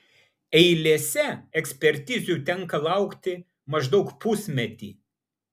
eilėse ekspertizių tenka laukti maždaug pusmetį